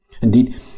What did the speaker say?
Indeed